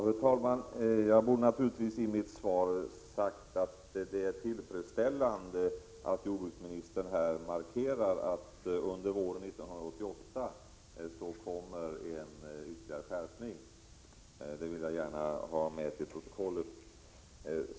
Fru talman! Jag borde naturligtvis i mitt inlägg ha sagt att det är tillfredsställande att jordbruksministern här markerar att det kommer ytterligare en skärpning under våren 1988. Detta vill jag således gärna ha med i protokollet.